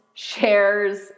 shares